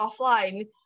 offline